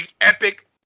epic